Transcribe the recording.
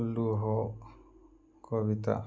ଲୁହ କବିତା